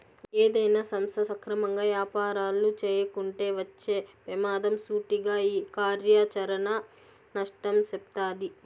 ఏదైనా సంస్థ సక్రమంగా యాపారాలు చేయకుంటే వచ్చే పెమాదం సూటిగా ఈ కార్యాచరణ నష్టం సెప్తాది